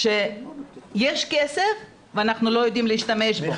כשיש כסף ואנחנו לא יודעים להשתמש בו.